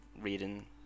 reading